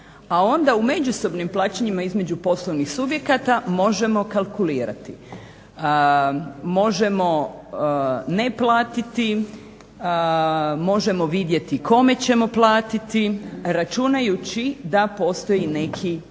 a onda u međusobnim plaćanjima između poslovnih subjekata možemo kalkulirati, možemo neplatiti, možemo vidjeti kome ćemo platiti, računajući da postoji neki prijeboj.